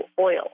oil